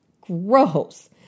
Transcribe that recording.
Gross